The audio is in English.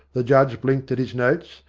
the judge blinked at his notes,